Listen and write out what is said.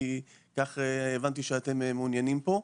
כי כך הבנתי שאתם מעוניינים פה,